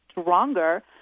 stronger